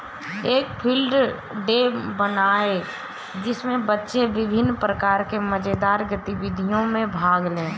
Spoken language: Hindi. एक फील्ड डे बनाएं जिसमें बच्चे विभिन्न प्रकार की मजेदार गतिविधियों में भाग लें